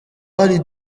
hari